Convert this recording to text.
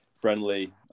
friendly